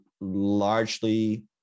largely